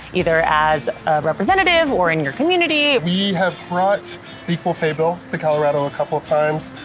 either as a representative, or in your community. we have brought the equal pay bill to colorado a couple times,